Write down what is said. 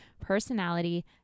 personality